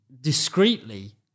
discreetly